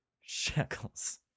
shekels